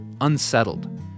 unsettled